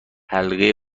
حلقه